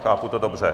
Chápu to dobře?